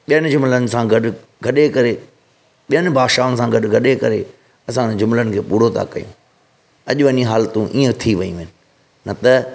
ॿियनि जुमिलनि सां गॾु गॾे करे ॿियनि भाषाउनि सां गॾु गॾे करे असां उन्हनि जुमिलनि खे पूरो था करियूं अॼु वञी हालतूं ईअं थी वयूं आहिनि न त